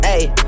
Ayy